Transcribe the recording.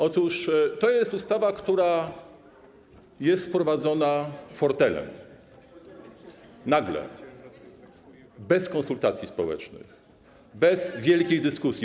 Otóż to jest ustawa, która jest wprowadzona fortelem, nagle, bez konsultacji społecznych, bez wielkiej dyskusji.